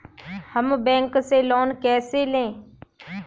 हम बैंक से लोन कैसे लें?